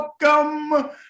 welcome